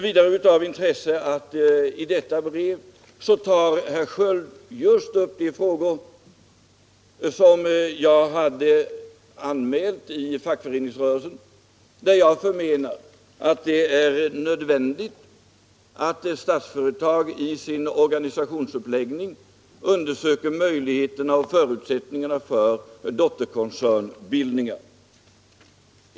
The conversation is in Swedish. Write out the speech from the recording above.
Vidare är det av intresse att herr Sköld i detta brev tar upp just de frågor som jag hade anmält i tidningen Fackföreningsrörelsen, och där jag menade att det är nödvändigt att Statsföretag i sin organisationsuppläggning undersöker möjligheterna och förutsättningarna för douerkoncernbildningar.